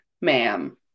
ma'am